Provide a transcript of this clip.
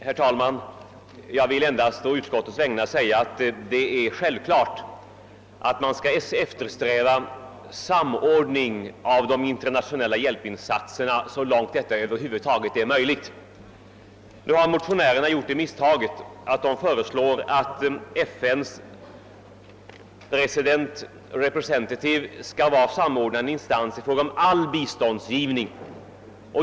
Herr talman! Jag vill endast å utskottets vägnar säga att det är självklart att man skall eftersträva samordning av de internationella hjälpinsatserna så långt det över huvud taget är möjligt. Nu har motionärerna gjort det misstaget, att de föreslår att FN:s »resident representatives» skall vara samordnande instans i fråga om all biståndsgivning.